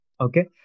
Okay